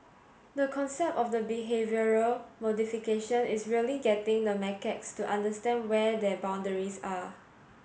the concept of the behavioural modification is really getting the macaques to understand where their boundaries are